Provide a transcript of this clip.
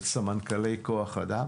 לסמנכ"לי כוח אדם